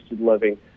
living